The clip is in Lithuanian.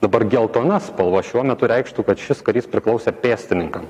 dabar geltona spalva šiuo metu reikštų kad šis karys priklausė pėstininkam